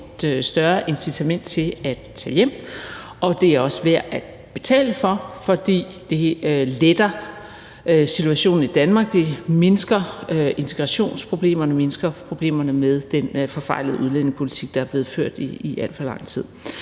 et større incitament til at tage hjem, og det er også værd at betale for, fordi det letter situationen i Danmark, det mindsker integrationsproblemerne og mindsker problemerne med den forfejlede udlændingepolitik, der er blevet ført i alt for lang tid.